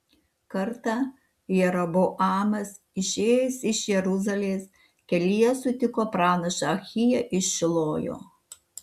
kartą jeroboamas išėjęs iš jeruzalės kelyje sutiko pranašą ahiją iš šilojo